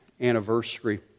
anniversary